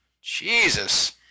Jesus